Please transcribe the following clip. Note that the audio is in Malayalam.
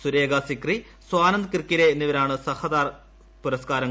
സുരേഖ സിക്രി സ്വാനന്ദ് കിർക്കിരെ എന്നിവർക്കാണ് സഹതാര പുരസ്കാരങ്ങൾ